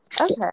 Okay